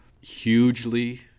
hugely